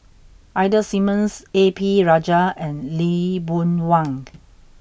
Ida Simmons A P Rajah and Lee Boon Wang